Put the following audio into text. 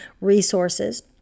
resources